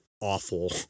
awful